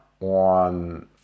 on